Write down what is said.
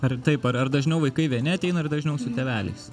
ar taip ar ar dažniau vaikai vieni ateina ar dažniau su tėveliais